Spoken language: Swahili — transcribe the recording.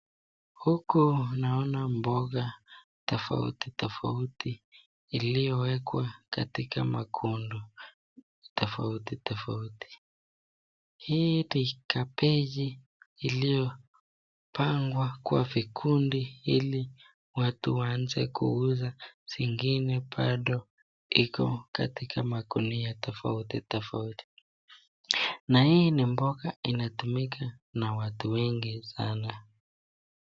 Huku naona mboga tofauti tofauti iliyowekwa katika makundi tofauti. Hii kabeji iliyo pangwa kwa vikundi ili watu waanze kuuza zingine bado iko katika magunia tofauti tofauti na hii ni mboga inatumika na watu wengi sana.